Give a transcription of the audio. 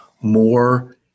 more